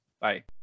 Bye